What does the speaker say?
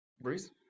Breeze